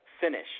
finish